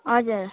हजुर